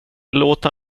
låta